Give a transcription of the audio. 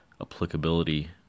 applicability